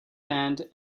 panned